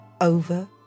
over